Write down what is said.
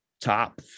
top